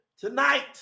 tonight